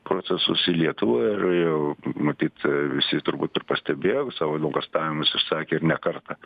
procesus į lietuvą ir jau matyt visi turbūt ir pastebėjo savo nuogąstavimus išsakė ir ne kartą